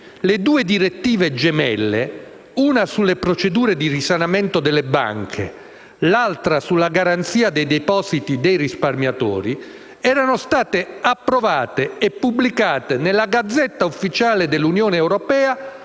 le due direttive gemelle, una sulle procedure di risanamento delle banche, l'altra sulla garanzia dei depositi dei risparmiatori, erano state approvate e pubblicate nella *Gazzetta Ufficiale* dell'Unione europea